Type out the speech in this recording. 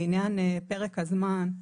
לעניין פרק הזמן,